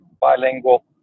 bilingual